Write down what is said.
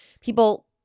people